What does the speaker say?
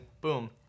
boom